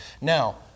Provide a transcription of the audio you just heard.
Now